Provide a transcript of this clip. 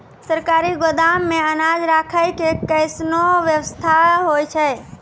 सरकारी गोदाम मे अनाज राखै के कैसनौ वयवस्था होय छै?